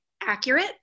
accurate